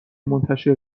منتشر